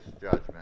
judgment